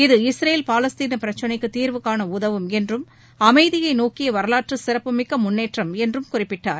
இது இஸ்ரேல் பாலஸ்தீன பிரச்சனைக்கு தீர்வுகாண உதவும் என்றும் அமைதியை நோக்கிய வரலாற்று சிறப்புமிக்க முன்னேற்றம் என்றும் குறிப்பிட்டார்